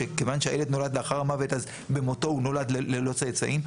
או שכיוון שהילד נולד לאחר המוות אז במותו הוא נולד ללא צאצאים.